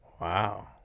Wow